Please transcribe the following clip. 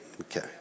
Okay